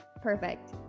Perfect